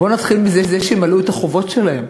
בוא נתחיל מזה שימלאו את החובות שלהן.